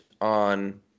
on –